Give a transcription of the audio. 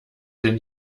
denn